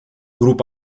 grup